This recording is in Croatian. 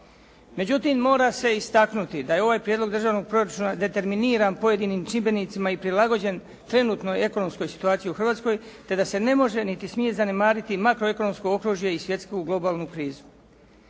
Međutim, mora se istaknuti da je ovaj prijedlog državnog proračuna determiniran pojedinim čimbenicima i prilagođen trenutnoj ekonomskoj situaciji u Hrvatskoj, te da se ne može niti smije zanemariti makro ekonomsko okružje i svjetsku globalnu krizu.